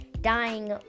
dying